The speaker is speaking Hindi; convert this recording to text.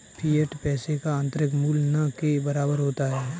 फ़िएट पैसे का आंतरिक मूल्य न के बराबर होता है